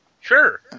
Sure